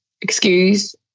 excuse